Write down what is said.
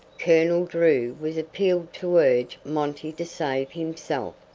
colonel drew was appealed to urge monty to save himself,